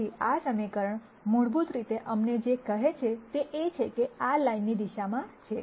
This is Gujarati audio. તેથી આ સમીકરણ મૂળભૂત રીતે અમને જે કહે છે તે એ છે કે આ લાઇનની દિશામાં છે